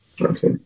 Okay